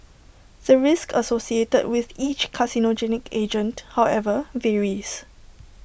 the risk associated with each carcinogenic agent however varies